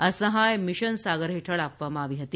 આ સહાય મિશન સાગરહેઠળ આપવામાં આવી હતી